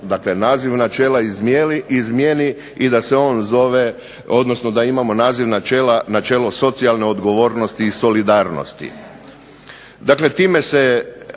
dakle naziv načela izmijeni i da se on zove, odnosno da imamo naziv načela načelo socijalne odgovornosti i solidarnosti. Dakle, time se